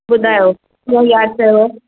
ॿुधायो छो यादि कयोव